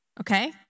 okay